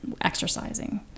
exercising